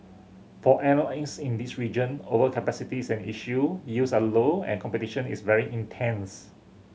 for airlines in this region overcapacity is an issue yields are low and competition is very intense